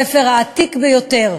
הספר העתיק ביותר,